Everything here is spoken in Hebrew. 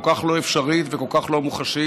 כל כך לא אפשרית וכל כך לא מוחשית.